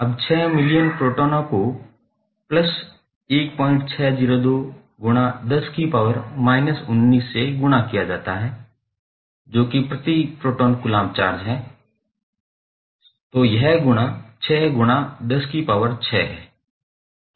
अब 6 मिलियन प्रोटॉनों को से गुणा किया जाता है जो कि प्रति प्रोटॉन कूलम्ब चार्ज गुणा है